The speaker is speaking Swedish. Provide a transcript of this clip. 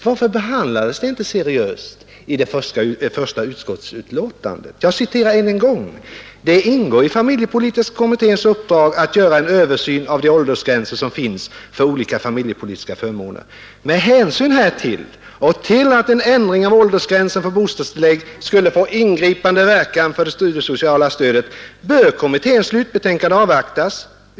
Varför behandlades det inte seriöst i det första utskottsbetänkandet? Jag citerar än en gång ur detta: ”Det ingår i familjepolitiska kommitténs uppdrag att göra en översyn av de åldersgränser som finns för olika familjepolitiska förmåner. Med hänsyn härtill och till att en ändring av åldersgränsen för bostadstillägg skulle få ingripande verkan för det studiesociala stödet bör kommitténs slutbetänkande avvaktas.